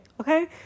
okay